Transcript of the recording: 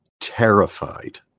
terrified